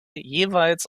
jeweils